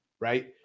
Right